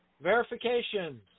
verification